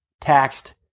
taxed